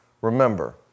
remember